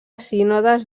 sínodes